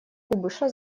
кубиша